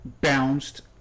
bounced